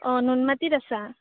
অঁ নুনমাটিত আছা